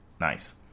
Nice